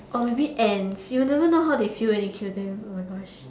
or maybe ants you will never know how they feel when you kill them oh my gosh